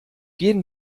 jeden